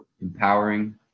empowering